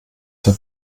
für